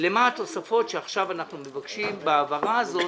למה התוספות שעכשיו אנחנו מבקשים בהעברה הזאת?